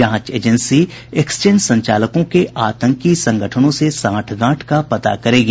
जांच agency exchange संचालकों के आतंकी संगठनों से सांठगांठ का पता करेगी